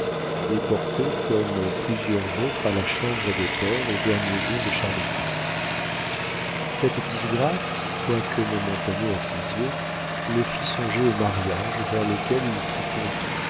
déporté comme plusieurs autres à la chambre des pairs aux derniers jours de charles x cette disgrâce quoique momentanée à ses yeux le fit songer au mariage vers lequel il fut conduit